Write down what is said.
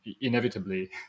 inevitably